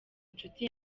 inshuti